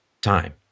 time